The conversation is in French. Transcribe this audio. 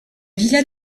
villa